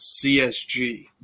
CSG